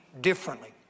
differently